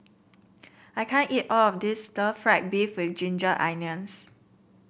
I can't eat all of this stir fry beef with Ginger Onions